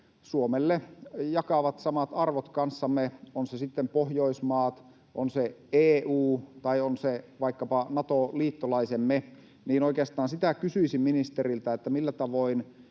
Suomelle, jotka jakavat samat arvot kanssamme — on se sitten Pohjoismaat, on se EU tai on se vaikkapa Nato-liittolaisemme. Ja oikeastaan kysyisin ministeriltä: millä tavoin